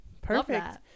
perfect